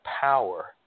power